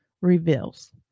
reveals